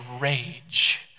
rage